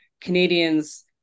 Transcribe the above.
Canadians